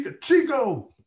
Chico